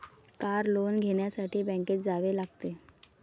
car loan घेण्यासाठी बँकेत जावे लागते